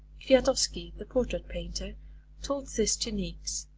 kwiatowski the portrait painter told this to niecks.